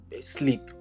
sleep